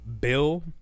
Bill